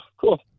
cool